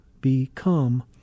become